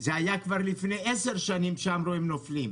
זה כבר היה לפני עשר שנים שאמרו שהם נופלים.